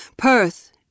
Perth